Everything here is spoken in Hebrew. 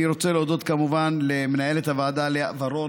אני רוצה להודות כמובן למנהלת הוועדה לאה ורון